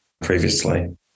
previously